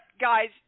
guys